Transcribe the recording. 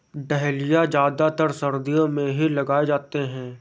dahlia ज्यादातर सर्दियो मे ही लगाये जाते है